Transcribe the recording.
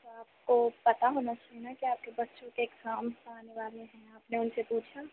आप को पता होना चाहिए ना कि आप के बच्चों के एग्ज़ाम्स आने वाले हैं आपने उनसे पूछा